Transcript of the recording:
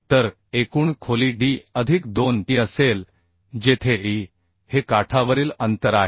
तर एकूण खोली D अधिक 2 E असेल जेथे E हे काठावरील अंतर आहे